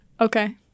Okay